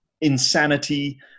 insanity